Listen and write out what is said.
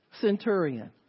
centurion